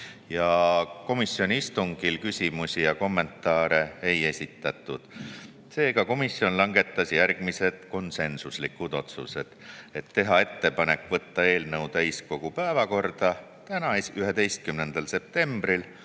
Komisjoni istungil küsimusi ja kommentaare ei esitatud. Komisjon langetas järgmised konsensuslikud otsused: teha ettepanek võtta eelnõu täiskogu päevakorda täna, 11. septembril,